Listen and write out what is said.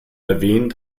erwähnt